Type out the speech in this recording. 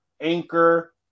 Anchor